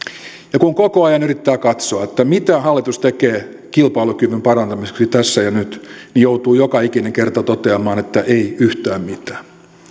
ja kun koko ajan yrittää katsoa mitä hallitus tekee kilpailukyvyn parantamiseksi tässä ja nyt niin joutuu joka ikinen kerta toteamaan että ei yhtään mitään